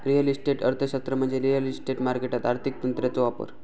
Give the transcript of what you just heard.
real estate अर्थशास्त्र म्हणजे real estate मार्केटात आर्थिक तंत्रांचो वापर